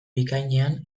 bikainean